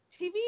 TV